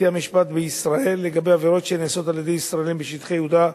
לבתי-המשפט בישראל לגבי עבירות שנעשות על-ידי ישראלים בשטחי יהודה,